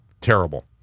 terrible